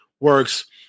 works